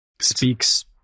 speaks